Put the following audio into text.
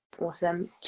Awesome